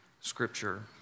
Scripture